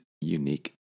unique